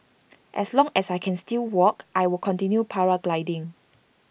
as long as I can still walk I will continue paragliding